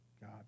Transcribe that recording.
God